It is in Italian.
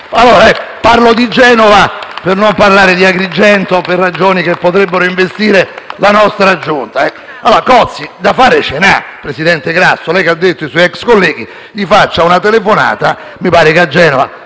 Parlo di Genova per non parlare di Agrigento per ragioni che potrebbero investire la nostra Giunta. Il procuratore Cozzi da fare ne ha, presidente Grasso. Lei che ha fatto riferimento a suoi ex colleghi, gli faccia una telefonata; mi pare che a Genova